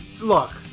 look